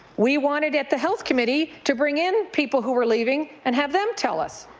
we wanted at the health committee to bring in people who are leaving and have them tell us.